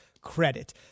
credit